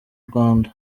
rwanda